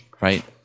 right